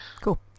cool